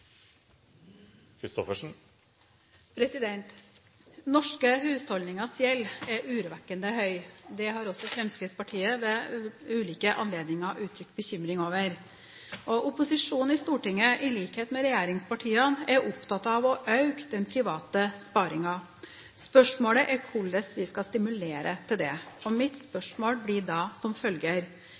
replikkordskifte. Norske husholdningers gjeld er urovekkende høy. Det har også Fremskrittspartiet ved ulike anledninger uttrykt bekymring over. Opposisjonen i Stortinget er – i likhet med regjeringspartiene – opptatt av å øke den private sparingen. Spørsmålet er hvordan vi skal stimulere til det. Mitt spørsmål blir da som følger: